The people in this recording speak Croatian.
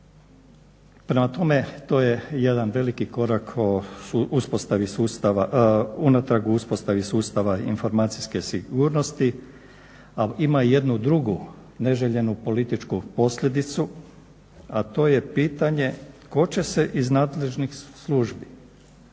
Prema tome, to je jedan veliki korak o uspostavi sustava, unatrag u uspostavi sustava informacijske sigurnosti. A ima jednu drugu neželjenu političku posljedicu, a to je pitanje ko će se iz nadležnih službi